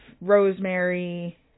rosemary